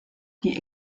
die